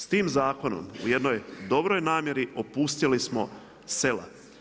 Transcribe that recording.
S tim zakonom u jednoj dobroj namjeri opustjeli smo sela.